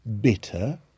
bitter